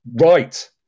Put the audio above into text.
Right